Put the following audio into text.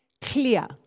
clear